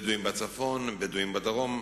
בדואים בצפון, בדואים בדרום,